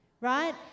right